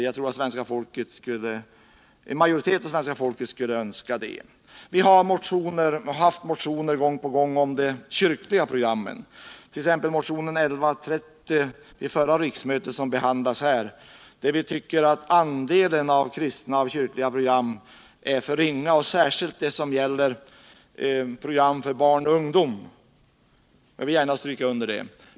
Jag tror att en majoritet av svenska folket skulle önska det. Vi har väckt motioner gång på gång om de kyrkliga programmen, t.ex. motionen 1130 till förra riksmötet, som behandlas här, där vi anförde att andelen kristna och kyrkliga program är för liten — särskilt sådana som gäller barn och ungdom. Jag vill gärna stryka under det.